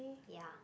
ya